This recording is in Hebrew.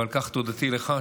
ועל כך תודתי לך,